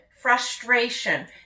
frustration